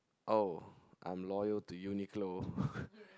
oh I'm loyal to Uniqlo